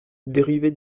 dérivé